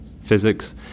physics